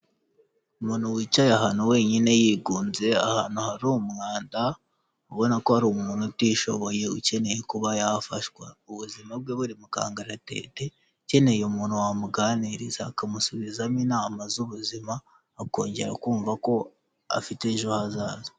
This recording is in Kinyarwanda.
Umuntu wicaye ahantu wenyine yigunze, ahantu hari umwanda ubona ko hari umuntu utishoboye ukeneye kuba yafashwa, ubuzima bwe buri mu kangaratete, ukeneye umuntu wamuganiriza akamusubizamo inama z'ubuzima, akongera kumva ko afite ejo hazaza.